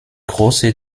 große